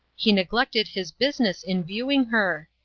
he neglected his business in viewing her!